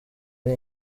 ari